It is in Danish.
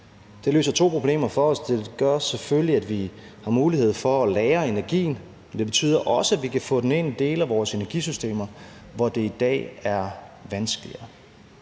Det løser to problemer for os: Det gør selvfølgelig, at vi har mulighed for at lagre energien; men det betyder også, at vi kan få den ind i dele af vores energisystemer, hvor det i dag er vanskeligere.